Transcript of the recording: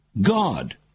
God